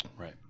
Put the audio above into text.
Right